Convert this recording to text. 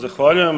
Zahvaljujem.